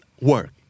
work